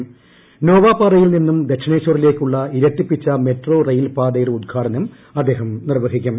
കൃഷ്ണോവാപാറയിൽ നിന്നും ദക്ഷിണേശ്വറിലേക്കുള്ള ഇരട്ടിപ്പിച്ച ക്മുട്ടോ റെയിൽ പാതയുടെ ഉദ്ഘാടനം അദ്ദേഹം നിർവഹിക്കൂം